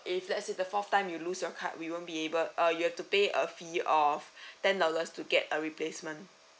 if that's the fourth time you lose your card we won't be able uh you've to pay a fee of ten dollars to get a replacement